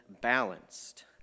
balanced